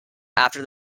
after